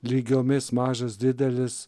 lygiomis mažas didelis